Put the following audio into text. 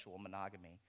monogamy